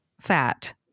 fat